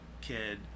kid